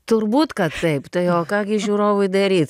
turbūt kad taip tai o ką gi žiūrovui daryt